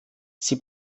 sie